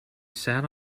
sat